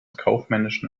kaufmännischen